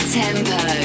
tempo